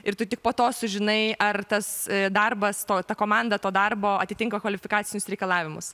ir tu tik po to sužinai ar tas darbas to ta komanda to darbo atitinka kvalifikacinius reikalavimus